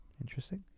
Interesting